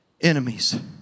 enemies